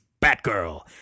Batgirl